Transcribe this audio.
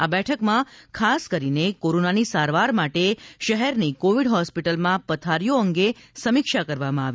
આ બેઠકમાં ખાસ કરીને કોરોનાની સારવાર માટે શહેરની કોવીડ હોસ્પિટલમાં પથારીઓ અંગે સમીક્ષા કરવામાં આવી